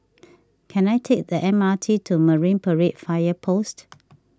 can I take the M R T to Marine Parade Fire Post